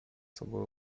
собой